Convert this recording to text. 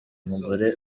umugore